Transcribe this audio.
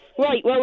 Right